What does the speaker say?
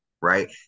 Right